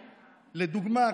לדוגמה,